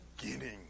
beginning